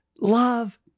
love